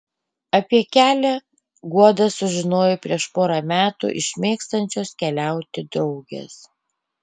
apie kelią guoda sužinojo prieš porą metų iš mėgstančios keliauti draugės